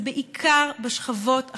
זה בעיקר בשכבות החלשות,